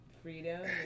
freedom